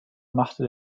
machte